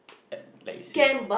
uh like say